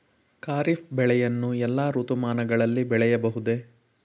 ಖಾರಿಫ್ ಬೆಳೆಯನ್ನು ಎಲ್ಲಾ ಋತುಮಾನಗಳಲ್ಲಿ ಬೆಳೆಯಬಹುದೇ?